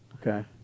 Okay